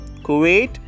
kuwait